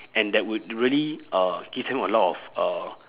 and that would really uh give them a lot of uh